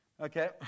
Okay